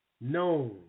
known